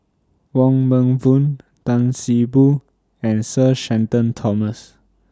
Wong Meng Voon Tan See Boo and Sir Shenton Thomas